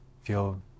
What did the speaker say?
feel